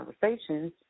conversations